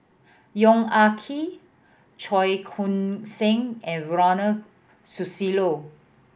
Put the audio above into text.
Yong Ah Kee Cheong Koon Seng and Ronald Susilo